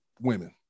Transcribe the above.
women